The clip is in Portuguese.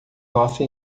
nossa